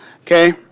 okay